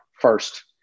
first